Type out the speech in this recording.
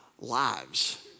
lives